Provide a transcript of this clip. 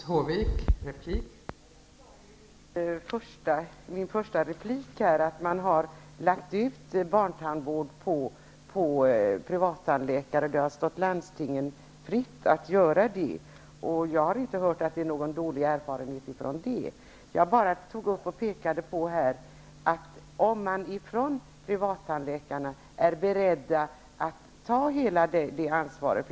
Fru talman! Jag sade ju i min första replik att man har lagt ut barntandvård på privattandläkare. Det har stått landstingen fritt att göra det, och jag har inte hört att man har några dåliga erfarenheter av det. Jag pekade här bara på frågan om privattandläkarna är beredda att ta hela detta ansvar.